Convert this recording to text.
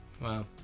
Wow